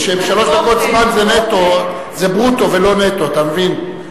שלוש דקות זמן זה ברוטו ולא נטו, אתה מבין?